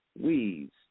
weeds